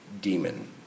demon